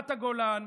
לרמת הגולן,